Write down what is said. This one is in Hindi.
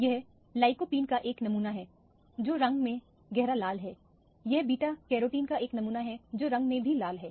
यह लाइकोपीन का एक नमूना है जो रंग में गहरा लाल है यह बीटा कैरोटीन का एक नमूना है जो रंग में भी लाल है